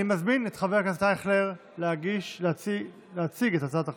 אני מזמין את חבר הכנסת אייכלר להציג את הצעת החוק.